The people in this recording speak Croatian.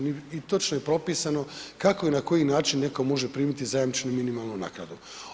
I točno je propisano kako i na koji način netko može primiti zajamčenu minimalnu naknadu.